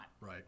Right